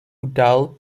udall